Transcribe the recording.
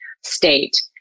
state